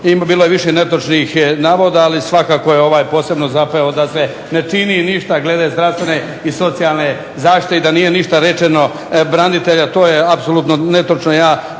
bilo je više netočnih navoda, ali svakako je ovaj posebno zapeo da se ne čini ništa glede zdravstvene i socijalne zaštite i da nije ništa …/Ne razumije se./… branitelja. To je apsolutno netočno.